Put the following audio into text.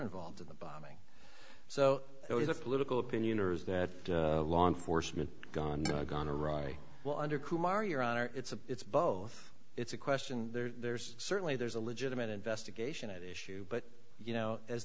involved in the bombing so there is a political opinion or is that law enforcement gone gone awry well under kumar your honor it's a it's both it's a question there's certainly there's a legitimate investigation at issue but you know as